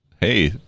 Hey